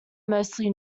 mostly